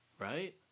Right